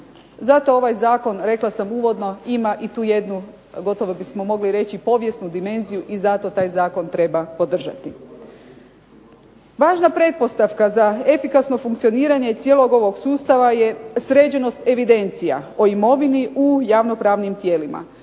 Zato ovaj zakon rekla sam uvodno ima i tu jednu, gotovo bismo mogli reći povijesnu dimenziju, i zato taj zakon treba podržati. Važna pretpostavka za efikasno funkcioniranje cijelog ovog sustava je sređenost evidencija o imovini, u javnopravnim tijelima.